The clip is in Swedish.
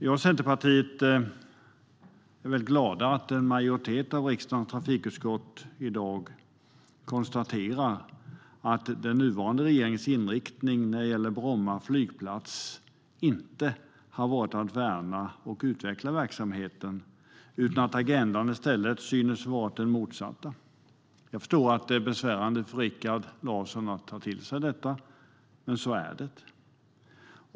Jag och Centerpartiet är väldigt glada över att en majoritet i riksdagens trafikutskott i dag konstaterar att den nuvarande regeringens inriktning när det gäller Bromma flygplats inte har varit att värna och utveckla verksamheten vid flygplatsen, utan att agendan i stället har varit den motsatta. Jag förstår att det är besvärande för Rikard Larsson att ta till sig detta, men så är det.